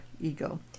ego